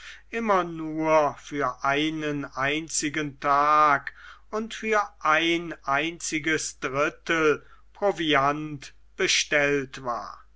immer nur auf einen einzigen tag und für ein einziges drittheil proviant bestellt war